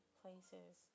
places